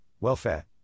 welfare